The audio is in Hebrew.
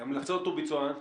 המלצות וביצוען.